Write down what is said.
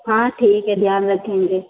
हाँ ठीक है ध्यान रखेंगे